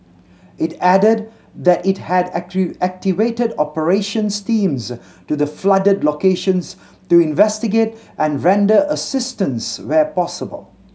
it added that it had activated operations teams to the flooded locations to investigate and render assistance where possible